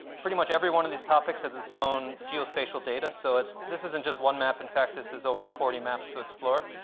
pretty much every one of these topics has its own geospatial data. so this isn't just one map. in fact, this is over forty maps to explore.